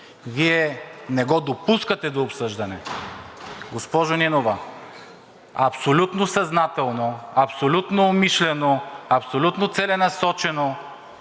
Вие не го допускате до обсъждане. Госпожо Нинова, абсолютно съзнателно, абсолютно умишлено, абсолютно целенасочено